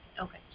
Okay